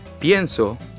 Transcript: Pienso